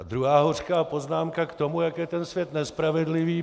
Druhá hořká poznámka k tomu, jak je ten svět nespravedlivý.